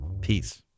Peace